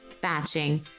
batching